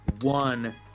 one